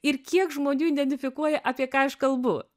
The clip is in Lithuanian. ir kiek žmonių identifikuoja apie ką aš kalbu